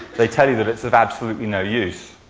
they tell you that it's of absolutely no use.